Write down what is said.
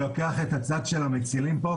אני לוקח את הצד של המצילים פה,